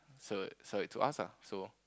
sell it sell it to us lah so